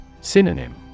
Synonym